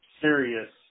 serious